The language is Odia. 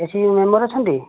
ଏସଏଚଜି ମେମ୍ବର ଅଛନ୍ତି